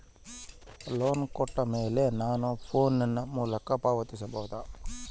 Loan ಕೊಟ್ಟ ಮೇಲೆ ನಾನು ಫೋನ್ ಮೂಲಕ ಪಾವತಿಸಬಹುದಾ?